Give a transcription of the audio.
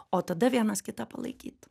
o tada vienas kitą palaikyt